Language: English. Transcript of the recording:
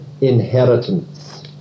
inheritance